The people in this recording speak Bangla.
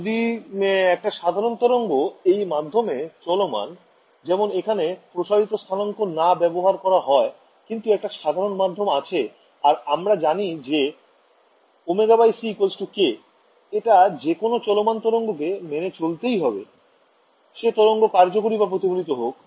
যদি একটা সাধারণ তরঙ্গ এই মাধ্যমে চলমান যেমন এখানে প্রসারিত স্থানাঙ্ক না ব্যবহার করা হয় কিন্তু একটা সাধারণ মাধ্যম আছে আর আমরা জানি যে ωc k এটা যেকোনো চলমান তরঙ্গকে মেনে চলতেই হবে সে তরঙ্গ কার্যকরী বা প্রতিফলিত হোক